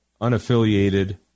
unaffiliated